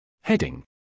Heading